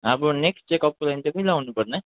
अब नेक्स्ट चेकअपको लागि चाहिँ कहिले आउनु पर्ने